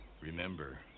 Remember